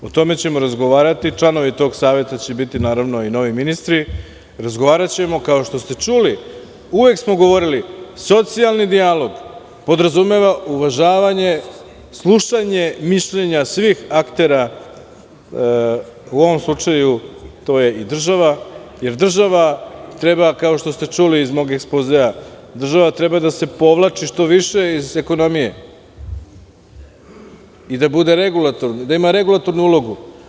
O tome ćemo razgovarati, članovi tog saveta će biti naravno i novi ministri, razgovaraćemo kao što ste čuli, uvek smo govorili, socijalni dijalog podrazumeva uvažavanje, slušanje mišljenja svih aktera, u ovom slučaju to je i država, jer država, kao što ste čuli iz mog ekspozea, država treba da se što više povlači iz ekonomije i da ima regulatornu ulogu.